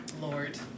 Lord